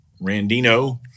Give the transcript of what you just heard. Randino